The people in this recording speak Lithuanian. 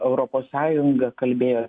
europos sąjunga kalbėjo